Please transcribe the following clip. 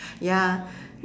ya